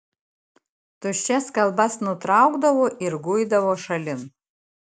tuščias kalbas nutraukdavo ir guidavo šalin